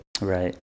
Right